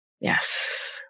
Yes